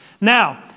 Now